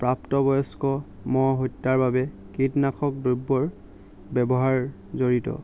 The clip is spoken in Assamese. প্ৰাপ্তবয়স্ক মহ হত্যাৰ বাবে কীটনাশক দ্ৰব্যৰ ব্যৱহাৰ জড়িত